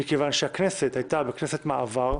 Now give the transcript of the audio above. מכיוון שהכנסת הייתה בכנסת מעבר,